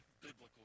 biblical